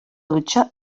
dutxa